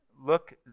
look